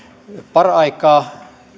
paraikaa